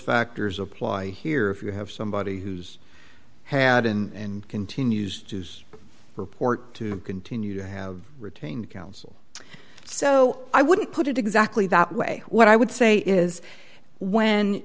factors apply here if you have somebody who's had in continues to use report to continue to have retained counsel so i wouldn't put it exactly that way what i would say is when